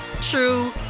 true